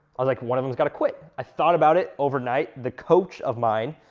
i was like, one of em's gotta quit i thought about it overnight the coach of mine,